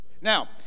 Now